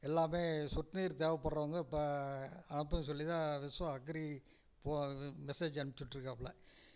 எல்லாமே சொட்டுநீர் தேவைப்பட்றவங்க இப்போ அனுப்ப சொல்லிதான் விஸ்வா அக்ரி போ மெசேஜ் அம்ச்சிவிட்டுருக்காப்புல